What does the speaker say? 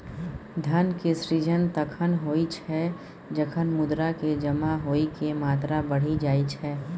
धन के सृजन तखण होइ छै, जखन मुद्रा के जमा होइके मात्रा बढ़ि जाई छै